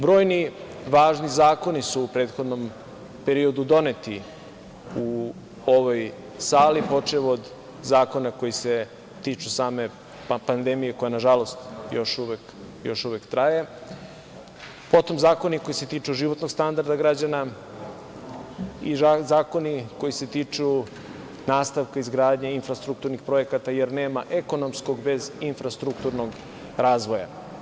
Brojni važni zakoni su u prethodnom periodu doneti u ovoj sali, počev od zakona koji se tiču same pandemije koja, nažalost, još uvek traje, potom zakoni koji se tiču životnog standarda građana i zakoni koji se tiču nastavka izgradnje infrastrukturnih projekata, jer nema ekonomskog bez infrastrukturnog razvoja.